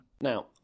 Now